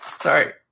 Sorry